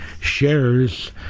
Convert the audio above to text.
shares